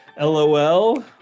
LOL